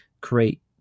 create